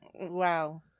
Wow